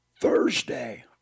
Thursday